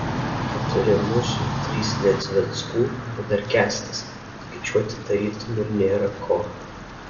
keturi mūsų trys nedzveckų ir dar kęstas skaičiuoti tarytum ir nėra ko